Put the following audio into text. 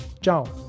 Ciao